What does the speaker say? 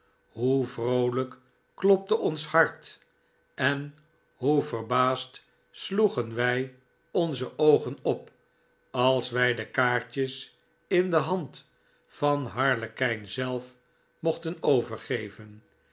hoe vroolijk klopte ons hart en hoe verbaasd sloegen wy onze oogen op als wij de kaartjes in de hand van harlekijn zelf mochten overgeven